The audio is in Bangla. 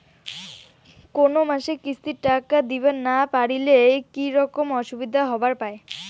কোনো মাসে কিস্তির টাকা দিবার না পারিলে কি রকম অসুবিধা হবার পায়?